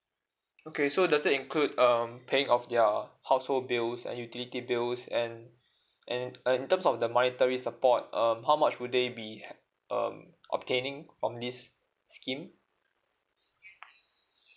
okay so does that include um paying of their household bills and utility bills and and and in terms of the monetary support um how much will they be um obtaining from this scheme